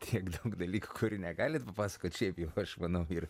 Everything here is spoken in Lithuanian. tiek daug dalykų kurių negalit papasakot šiaip jau aš manau ir